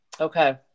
Okay